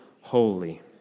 holy